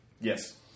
Yes